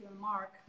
Mark